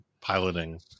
piloting